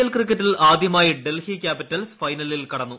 L ക്രിക്കറ്റിൽ ആദ്യമായി Delhi Capitals ഫൈനലിൽ കടന്നു